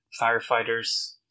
firefighters